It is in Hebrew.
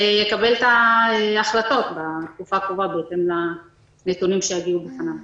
ויקבל את ההחלטות בתקופה הקרובה בהתאם לנתונים שיגיעו לפניו.